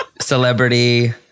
Celebrity